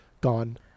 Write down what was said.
Gone